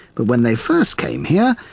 but when they first came here,